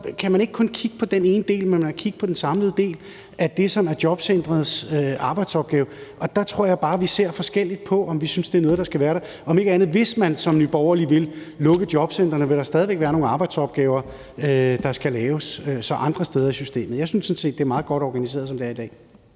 kan man ikke kun kigge på den ene del, men må kigge på det samlede; på det, som er jobcentrenes arbejdsopgave. Og der tror jeg bare, vi ser forskelligt på, om vi synes, det er noget, der skal være der. Og om ikke andet: Hvis man, som Nye Borgerlige vil, lukker jobcentrene, så vil der stadig væk være nogle arbejdsopgaver, der så skal laves andre steder i systemet. Jeg synes sådan set, det er meget godt organiseret, som det er i dag.